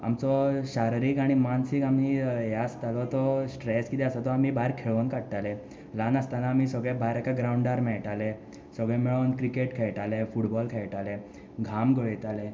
आमचो शारिरीक आनी मानसीक आमी हें आसतालो तो स्ट्रेस कितें आसा तो आसा तो आमी भायर खेळून काडटाले ल्हान आसतना आमी सगले भायर एका ग्रांवडार मेळटाले सगले मेळून क्रिकेट खेळटाले फुटबॉल खेळटाले घाम गळयताले